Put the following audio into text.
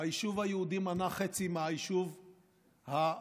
היישוב היהודי מנה חצי מהיישוב הפלסטיני,